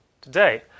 Today